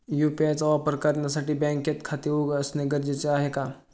UPI चा वापर करण्यासाठी बँकेत खाते असणे गरजेचे आहे का?